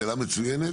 שאלה מצוינת.